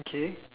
okay